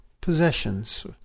possessions